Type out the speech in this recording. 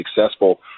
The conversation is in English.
successful